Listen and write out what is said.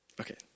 Okay